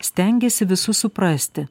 stengiasi visus suprasti